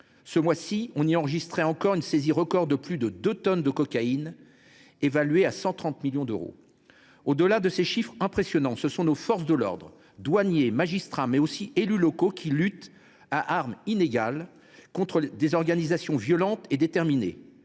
Ce mois ci, on y a encore enregistré une saisie record de plus de 2 tonnes de cocaïne, évaluée à 130 millions d’euros. Au delà de ces chiffres impressionnants, ce sont nos forces de l’ordre, douaniers, magistrats, mais aussi élus locaux, qui luttent à armes inégales contre des organisations violentes et déterminées.